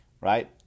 right